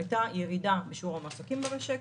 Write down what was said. הייתה ירידה בשיעור המועסקים במשק,